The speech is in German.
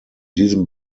diesem